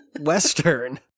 Western